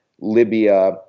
Libya